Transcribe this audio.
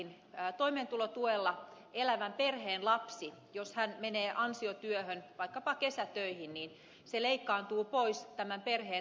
jos toimeentulotuella elävän perheen lapsi menee ansiotyöhön vaikkapa kesätöihin se leikkaantuu pois tämän perheen toimeentulotuesta